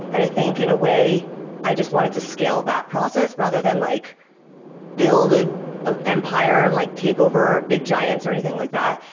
and i think in a way i just wanted to scale that process rather than like build ah an empire and like takeover big giants or anything like that.